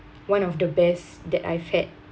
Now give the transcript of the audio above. one of the best that I've had